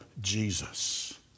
Jesus